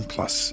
Plus